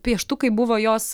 pieštukai buvo jos